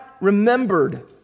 remembered